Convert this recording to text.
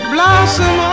Blossom